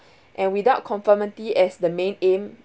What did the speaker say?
and without conformity as the main aim